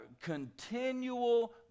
continual